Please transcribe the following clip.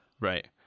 Right